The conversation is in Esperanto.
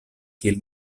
kiel